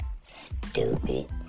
stupid